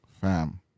Fam